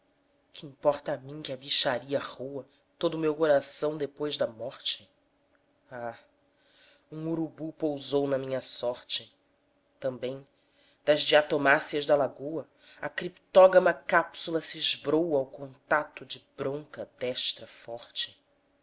que importa a mim que a bicharia roa todo o meu coração depois da morte ah um urubu pousou na minha sorte também das diatomáceas da lagoa a criptógama cápsula se esbroa ao contato de bronca destra forte